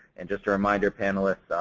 and just a reminder panelists,